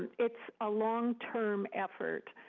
it's a long-term effort.